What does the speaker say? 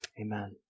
Amen